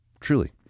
Truly